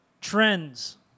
Trends